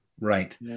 right